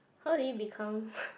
how did it become